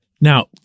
Now